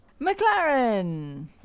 McLaren